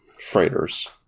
freighters